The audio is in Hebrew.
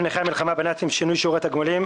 צו נכי המלחמה בנאצים (שינוי שיעור התגמולים),